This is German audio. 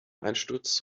einsturz